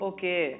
Okay